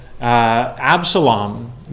Absalom